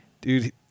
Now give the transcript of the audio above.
Dude